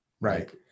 Right